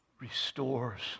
restores